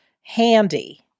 handy